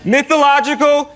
Mythological